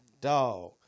dog